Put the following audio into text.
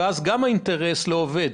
שגם אז האינטרס לא עובד.